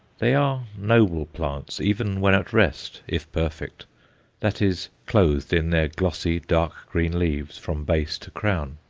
they are noble plants even when at rest, if perfect that is, clothed in their glossy, dark green leaves from base to crown.